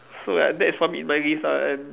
so like that's probably my gift ah and